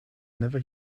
never